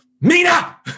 Mina